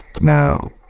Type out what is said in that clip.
Now